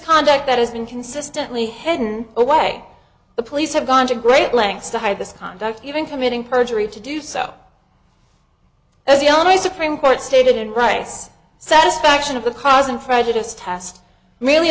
conduct that has been consistently hidden away the police have gone to great lengths to hide this conduct even committing perjury to do so as the illinois supreme court stated price satisfaction of the cause and prejudiced test really